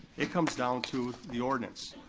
it comes down to the ordinance,